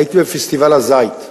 הייתי בפסטיבל הזית.